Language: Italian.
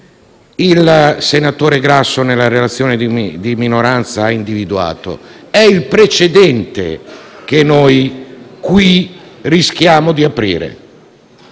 il senatore Grasso, nella relazione di minoranza, ha individuato: è il precedente che noi qui rischiamo di aprire.